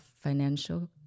financial